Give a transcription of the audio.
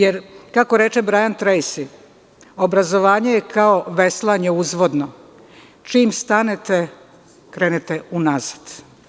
Jer, kako reče Brajan Trejsi – obrazovanje je kao veslanje uzvodno, čim stanete, krenete unazad.